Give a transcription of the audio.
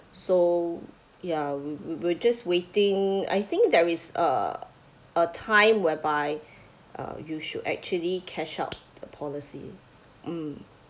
so ya we we will just waiting I think there is a a time whereby uh you should actually cash out the policy hmm